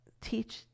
teach